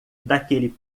daquele